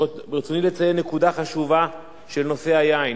ברצוני לציין נקודה חשובה בנושא היין,